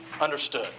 understood